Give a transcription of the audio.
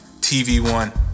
TV1